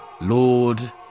Lord